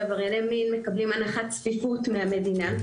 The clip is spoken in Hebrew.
ועברייני מין מקבלים הנחת צפיפות מהמדינה.